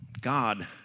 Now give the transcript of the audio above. God